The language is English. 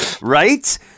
right